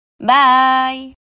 Bye